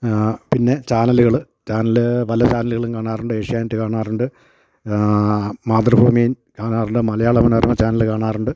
പിന്നെ ചാനലുകൾ ചാനല് പല ചാനലുകളും കാണാറുണ്ട് ഏഷ്യാനെറ്റ് കാണാറുണ്ട് മാതൃഭൂമി കാണാറുണ്ട് മലയാള മനോരമ ചാനല് കാണാറുണ്ട്